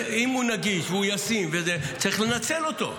אם הוא נגיש והוא ישים, צריך לנצל אותו.